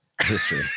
history